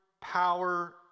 power